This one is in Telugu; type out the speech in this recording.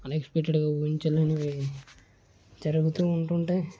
అనెక్స్పెక్టడ్గా ఊహించలేనివి జరుగుతూ ఉంటుంటాయి